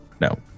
No